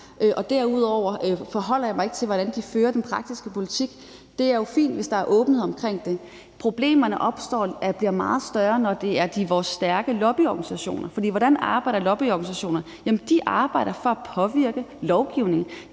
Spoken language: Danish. de derudover ikke forholder sig til, hvordan den praktiske politik føres, er jo fint, hvis der er åbenhed omkring det. Problemerne bliver meget større, når det handler om vores stærke lobbyorganisationer. For hvordan arbejder lobbyorganisationer? De arbejder for at påvirke lovgivning.